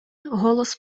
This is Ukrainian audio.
голос